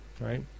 right